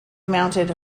mounted